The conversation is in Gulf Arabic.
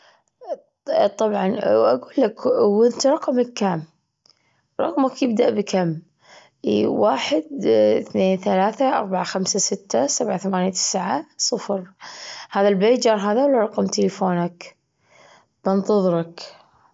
طبعًا وأجول لك وأنت رقمك كام؟ رقمك يبدأ بكم؟ إي واحد اثنين ثلاثة أربعة خمسة ستة سبعة ثمانية تسعة صفر. هذا البيجر هذا ولا رقم تليفونك؟ بنتظرك.